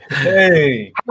hey